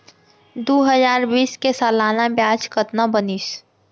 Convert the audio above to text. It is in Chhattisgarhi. दू हजार बीस के सालाना ब्याज कतना बनिस?